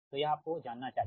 तो यह आपको जानना चाहिए